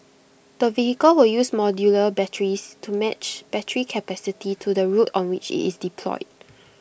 the vehicle will use modular batteries to match battery capacity to the route on which IT is deployed